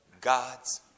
God's